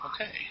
Okay